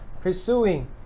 pursuing